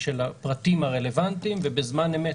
של הפרטים הרלוונטיים ובזמן אמת.